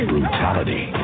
Brutality